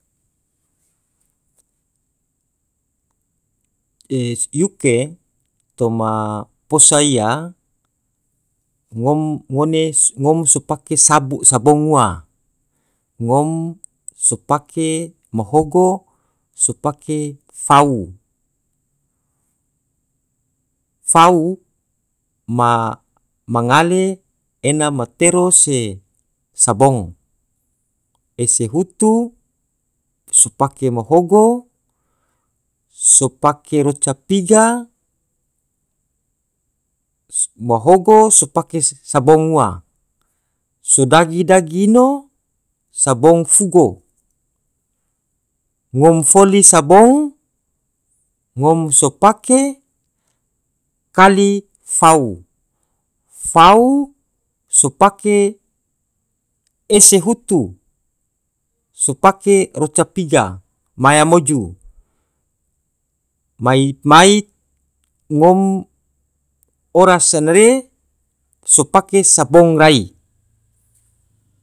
yuke toma posa iya ngom ngone ngom so pake sabu sabong ua ngom so pake mahogo so pake fau, fau ma ngale ena matero se sabong ese hutu sopake mahogo, sopake roca piga mohogo sopake sabong ua sodagi dagi ino sabong fugo ngom foli sabong ngom so pake kali fau, fau sopake ese hutu sopake roca piga maya moju moi- mai ngom oras enare sopake sabong rai